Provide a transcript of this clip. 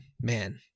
man